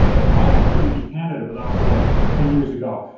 it might actually be canada but that was like ten years ago.